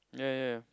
ya ya ya